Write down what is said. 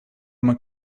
mijn